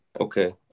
Okay